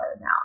now